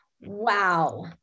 Wow